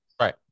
Right